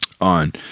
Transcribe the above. on